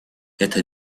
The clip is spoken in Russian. это